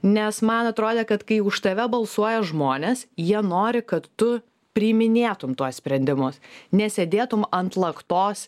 nes man atrodė kad kai už tave balsuoja žmonės jie nori kad tu priiminėtum tuos sprendimus nesėdėtum ant laktos